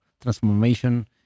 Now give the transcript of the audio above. transformation